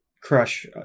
crush